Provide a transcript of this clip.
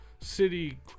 city